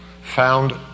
found